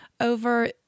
over